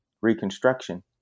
Reconstruction